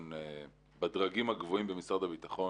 בדרגים הגבוהים במשרד הביטחון